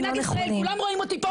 כולם רואים אותי פה.